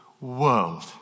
world